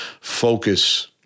focus